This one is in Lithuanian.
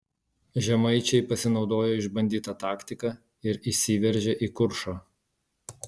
žemaičiai pasinaudojo išbandyta taktika ir įsiveržė į kuršą